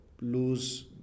lose